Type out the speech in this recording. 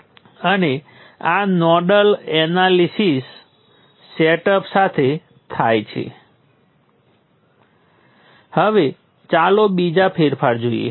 તેથી આપણે તેને ખતમ કરવું પડશે અને તે આપણે નોડ 1 અને 2 માટેનાં સમીકરણોને જોડીને કરી શકીએ છીએ ચાલો તે જોઈએ